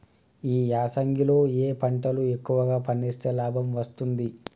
ఈ యాసంగి లో ఏ పంటలు ఎక్కువగా పండిస్తే లాభం వస్తుంది?